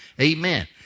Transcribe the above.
Amen